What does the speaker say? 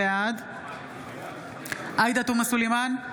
בעד עאידה תומא סלימאן,